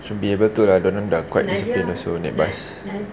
should be able to lah quite disciplined also naik bas